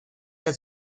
der